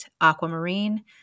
aquamarine